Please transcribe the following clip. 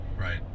Right